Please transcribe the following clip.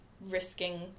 risking